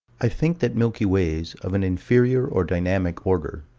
i think that milky ways, of an inferior, or dynamic, order,